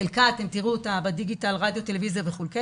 חלקה תראו בדיגיטל, רדיו וכו',